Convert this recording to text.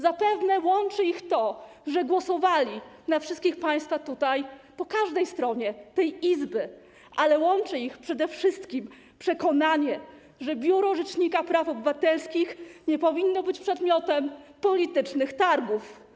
Zapewne łączy ich to, że głosowali na wszystkich państwa tutaj, po każdej stronie tej Izby, ale przede wszystkim łączy ich przekonanie, że Biuro Rzecznika Praw Obywatelskich nie powinno być przedmiotem politycznych targów.